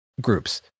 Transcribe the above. groups